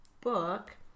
book